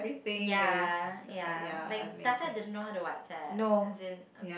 ya ya like Tata didn't know how to WhatsApp as in